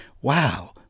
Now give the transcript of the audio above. Wow